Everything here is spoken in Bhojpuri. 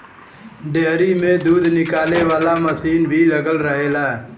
डेयरी में दूध निकाले वाला मसीन भी लगल रहेला